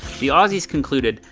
the aussies concluded,